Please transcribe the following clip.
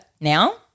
Now